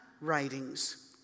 writings